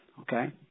Okay